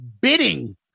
bidding